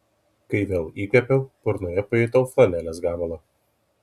kai vėl įkvėpiau burnoje pajutau flanelės gabalą